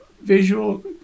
visual